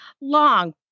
long